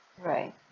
right